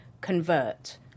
Convert